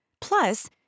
Plus